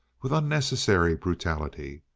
with unnecessary brutality.